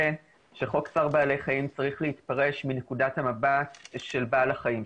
שחוק צער בעל חיים צריך להתפרש מנקודת המבט של בעל החיים,